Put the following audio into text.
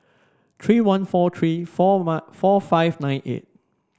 three one four three four one four five nine eight